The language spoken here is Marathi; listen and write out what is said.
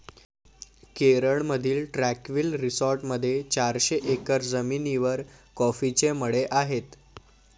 केरळमधील ट्रँक्विल रिसॉर्टमध्ये चारशे एकर जमिनीवर कॉफीचे मळे आहेत